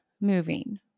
moving